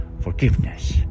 forgiveness